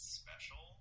special